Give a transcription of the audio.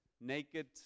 naked